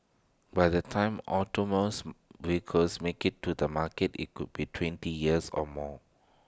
by the time autonomous vehicles make IT to the market IT could be twenty years or more